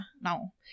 No